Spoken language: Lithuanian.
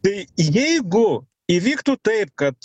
tai jeigu įvyktų taip kad